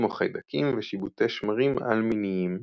כמו חיידקים ושיבוטי שמרים אל-מיניים,